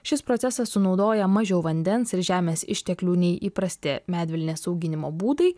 šis procesas sunaudoja mažiau vandens ir žemės išteklių nei įprasti medvilnės auginimo būdai